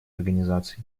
организаций